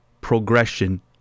progression